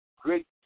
great